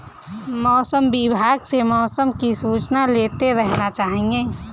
मौसम विभाग से मौसम की सूचना लेते रहना चाहिये?